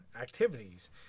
activities